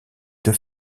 deux